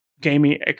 gaming